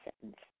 sentence